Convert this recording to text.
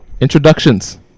Introductions